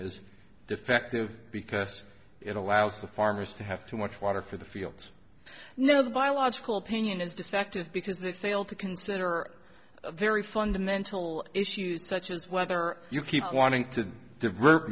is defective because it allows the farmers to have too much water for the fields now the biological opinion is defective because it failed to consider very fundamental issues such as whether you keep wanting to divert